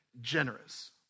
generous